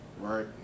Right